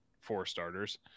four-starters